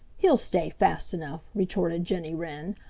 he'll stay fast enough, retorted jenny wren.